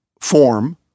form